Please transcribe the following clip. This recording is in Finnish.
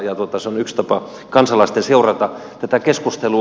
se on yksi tapa kansalaisten seurata tätä keskustelua